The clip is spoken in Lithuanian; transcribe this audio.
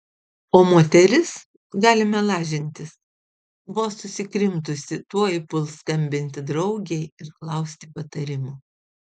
o moteris galime lažintis vos susikrimtusi tuoj puls skambinti draugei ir klausti patarimo